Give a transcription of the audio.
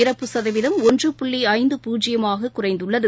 இறப்பு கதவீதம் ஒன்று புள்ளி ஐந்து பூஜ்ஜியமாக குறைந்துள்ளது